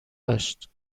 داشت